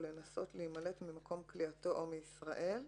לנסות להימלט ממקום כליאתו או מישראל".